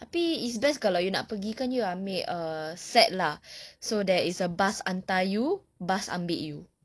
tapi it's best kalau you nak pergi kan you ambil set lah so there is a bus hantar you bus ambil you